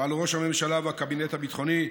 ועל ראש הממשלה והקבינט הביטחוני,